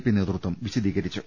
P നേതൃത്വം വിശദീക രിച്ചു